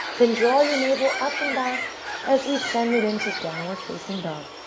then draw your navel up and back as we send it in to downward facing dog.